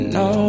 no